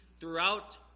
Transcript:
throughout